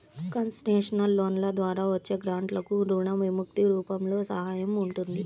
concessional లోన్ల ద్వారా వచ్చే గ్రాంట్లకు రుణ విముక్తి రూపంలో సహాయం ఉంటుంది